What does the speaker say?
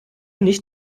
nicht